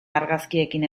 argazkiekin